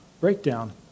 breakdown